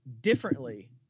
differently